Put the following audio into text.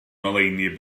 ngoleuni